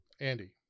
Andy